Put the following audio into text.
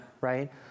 right